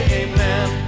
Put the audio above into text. amen